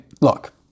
look